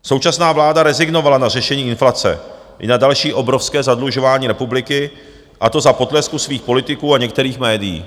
Současná vláda rezignovala na řešení inflace i na další obrovské zadlužování republiky, a to za potlesku svých politiků a některých médií.